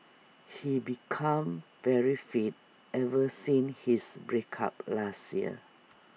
he became very fit ever since his break up last year